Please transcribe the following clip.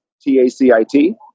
T-A-C-I-T